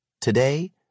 Today